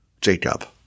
Jacob